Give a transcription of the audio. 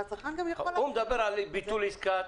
והצרכן גם יכול --- הוא מדבר על ביטול עסקה.